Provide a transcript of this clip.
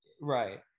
right